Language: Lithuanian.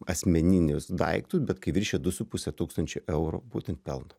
asmeninius daiktus bet kai viršija du su puse tūkstančio eurų būtent pelno